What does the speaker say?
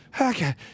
Okay